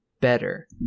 better